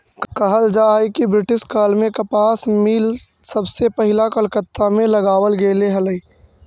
कहल जा हई कि ब्रिटिश काल में कपास मिल सबसे पहिला कलकत्ता में लगावल गेले हलई